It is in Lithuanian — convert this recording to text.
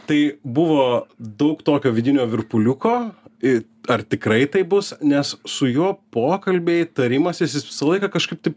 tai buvo daug tokio vidinio virpuliuko ir ar tikrai taip bus nes su juo pokalbiai tarimasis jis visą laiką kažkaip taip